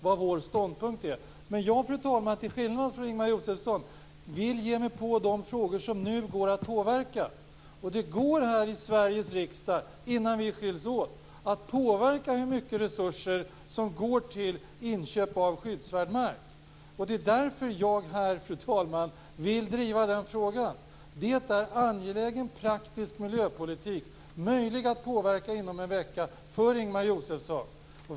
Men jag, fru talman, vill till skillnad från Ingemar Josefsson ge mig på de frågor som nu går att påverka. Och det går här i Sveriges riksdag, innan vi skiljs åt, att påverka hur mycket resurser som går till inköp av skyddsvärd mark. Det är därför, fru talman, jag här vill driva den frågan. Det är angelägen, praktisk miljöpolitik, möjlig att påverka inom en vecka för Ingemar Josefsson.